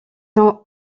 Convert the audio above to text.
sont